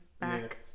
back